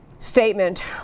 statement